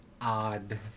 odd